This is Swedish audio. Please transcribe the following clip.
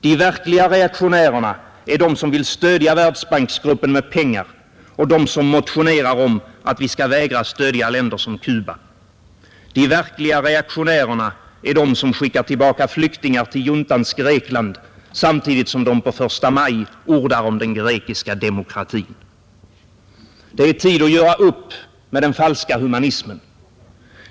De verkliga reaktionärerna är de som vill stödja Världsbanksgruppen med pengar och de som motionerar om att vi skall vägra stödja länder som Cuba. De verkliga reaktionärerna är de som skickar tillbaka flyktingar till juntans Grekland samtidigt som de den första maj ordar om den grekiska demokratin. Det är tid att göra upp med den falska humanismen.